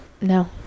No